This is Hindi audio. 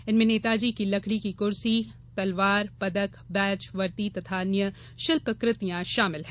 इनमें नेताजी की लकड़ी की कर्सी तलवार पदक बैज वर्दी तथा अन्य शिल्पकृतियां शामिल हैं